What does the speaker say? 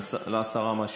לשרה המשיבה.